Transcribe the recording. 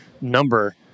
number